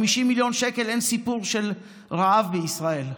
50 מיליון שקל ואין סיפור של רעב בישראל,